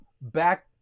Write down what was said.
back